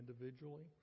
individually